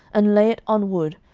and lay it on wood,